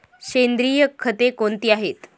सेंद्रिय खते कोणती आहेत?